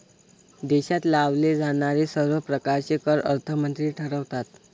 देशात लावले जाणारे सर्व प्रकारचे कर अर्थमंत्री ठरवतात